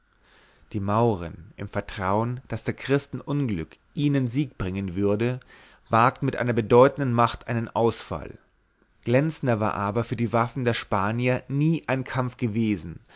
die mauren im vertrauen daß der christen unglück ihnen sieg bringen würde wagten mit einer bedeutenden macht einen ausfall glänzender war aber für die waffen der spanier nie ein kampf gewesen